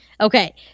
Okay